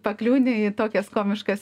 pakliūni į tokias komiškas